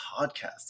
podcast